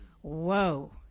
Whoa